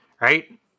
right